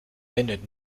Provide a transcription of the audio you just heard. wendet